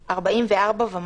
זה דרגה 44 ומעלה.